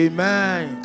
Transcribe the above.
Amen